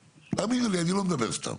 תאמינו לי אני לא מדבר סתם,